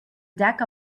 deck